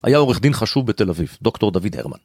היה עורך דין חשוב בתל אביב, דוקטור דוד הרמן.